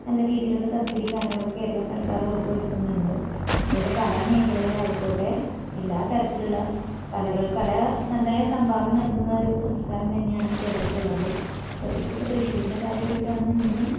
നല്ല രീതിയിലുള്ള സബ്സിഡീം കാര്യങ്ങളുമൊക്കെ കേരള സർക്കാർ ഉറപ്പ് വരുത്തുന്നുണ്ട് അത്പോലെ കലാ മേഘലകളിലായിക്കോട്ടെ എല്ലാ തരത്തിലുള്ള കലകള്ക്ക് കല നന്നായി സംഭാവന നല്കുന്ന ഒരു സംസ്കാരം തന്നെയാണ് കേരളത്തിലുള്ളത് പ്രത്യേകിച്ചിപ്പോൾ തൃശ്ശൂരിന്റെ കാര്യേടുക്കുകയാണെന്നുണ്ടെങ്കിലും